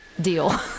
deal